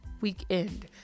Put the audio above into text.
weekend